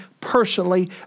personally